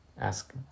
ask